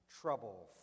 trouble